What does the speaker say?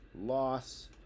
loss